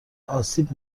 آسیب